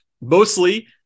mostly